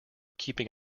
keeping